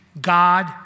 God